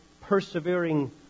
persevering